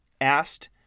asked